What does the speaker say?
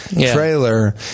trailer